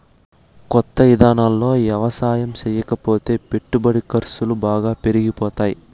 కొత్త ఇదానాల్లో యవసాయం చేయకపోతే పెట్టుబడి ఖర్సులు బాగా పెరిగిపోతాయ్